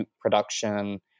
production